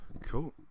cool